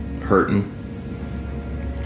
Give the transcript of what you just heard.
hurting